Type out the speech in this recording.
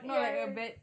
ya ya